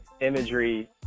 imagery